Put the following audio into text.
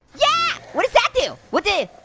yeah what does that do? what the,